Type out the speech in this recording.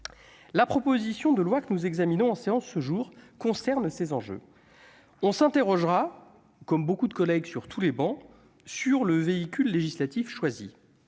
la proposition de loi que nous examinons en séance ce jour concerne ces enjeux, on s'interrogera comme beaucoup de collègues sur tous les bancs sur le véhicule législatif choisi